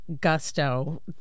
gusto